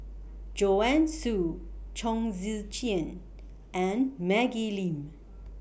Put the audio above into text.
Joanne Soo Chong Tze Chien and Maggie Lim